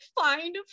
find